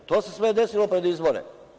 To se sve desilo pred izbore.